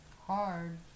hard